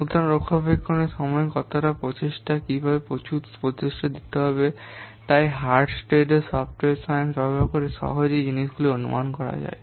সুতরাং রক্ষণাবেক্ষণের সময় কত প্রচেষ্টা কিভাবে প্রচুর প্রচেষ্টা দিতে হবে তাই হালসটেড সফটওয়্যার সায়েন্স ব্যবহার করে সহজেই এই জিনিসগুলি অনুমান করা যায়